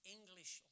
English